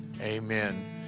Amen